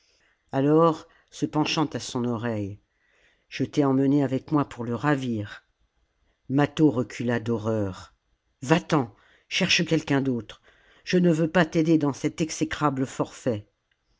alors se penchant à son oreille je t'ai emmené avec moi pour le ravir mâtho recula d'horreur va-t'en cherche quelque autre je ne veux pas t'aider dans cet exécrable forfait